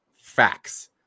facts